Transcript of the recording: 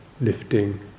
lifting